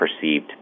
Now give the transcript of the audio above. perceived